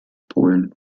polen